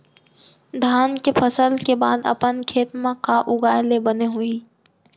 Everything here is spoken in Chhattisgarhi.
धान के फसल के बाद अपन खेत मा का उगाए ले बने होही?